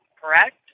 correct